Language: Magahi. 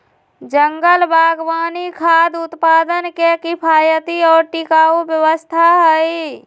जंगल बागवानी खाद्य उत्पादन के किफायती और टिकाऊ व्यवस्था हई